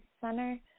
Center